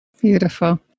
Beautiful